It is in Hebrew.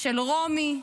של רומי,